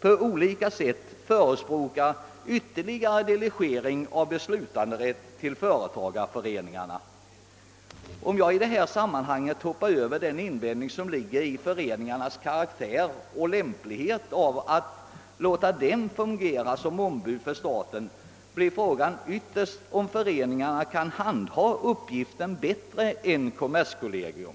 på olika sätt förespråkar ytterligare delegering av beslutanderätt till företagareföreningarna. Om jag i detta sammanhang hoppar över den invändning som hänför sig till lämpligheten av att låta föreningar av denna karaktär fungera som ombud för staten, blir frågan ytterst om föreningarna kan handha uppgiften bättre än kommerskollegium.